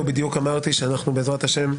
אנחנו למודי ישיבות רבות מאוד